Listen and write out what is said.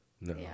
No